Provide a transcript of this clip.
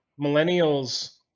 millennials